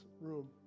room